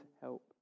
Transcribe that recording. help